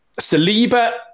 Saliba